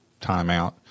timeout